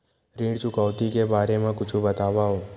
ऋण चुकौती के बारे मा कुछु बतावव?